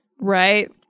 Right